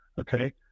Okay